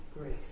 grace